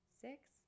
six